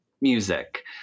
music